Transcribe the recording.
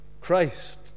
Christ